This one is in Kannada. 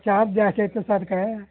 ಚಾರ್ಜ್ ಜಾಸ್ತಿ ಆಗ್ತದ್ ಅದಕ್ಕೆ